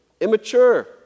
immature